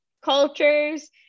cultures